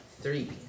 Three